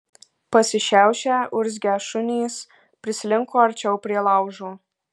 pasišiaušę urzgią šunys prislinko arčiau prie laužo